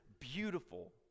beautiful